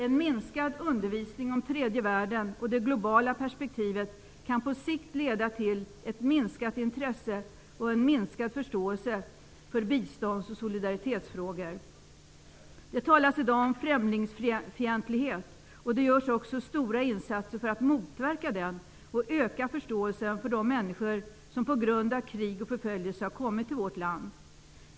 En minskad undervisning om tredje världen och det globala perspektivet kan på sikt leda till ett minskat intresse och en minskad förståelse för bistånds och solidaritetsfrågor. Det talas i dag om främlingsfientlighet, och det görs också stora insatser för att motverka den och öka förståeelsen för de människor som på grund av krig och förföljelse har kommit till vårt land.